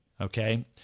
Okay